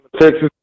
Texas